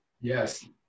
Yes